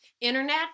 Internet